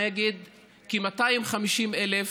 נגד כ-250,000